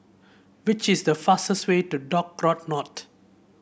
which is the fastest way to Dock Road North